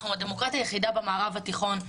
אנחנו הדמוקרטיה היחידה במערב התיכון.